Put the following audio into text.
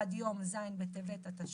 עד יום ז' בטבת התשפ"ג